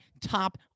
top